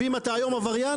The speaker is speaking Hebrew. ואם אתה היום עבריין,